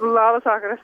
labas vakaras